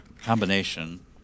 combination